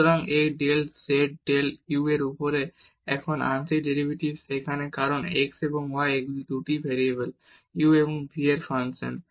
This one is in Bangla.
সুতরাং এই ডেল z ডেল u এর উপরে এখন আংশিক ডেরিভেটিভস এখানে কারণ x এবং y এগুলি 2 টি ভেরিয়েবল u এবং v এর ফাংশন